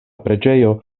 preĝejo